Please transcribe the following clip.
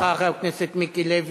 אני מודה לך, חבר הכנסת מיקי לוי.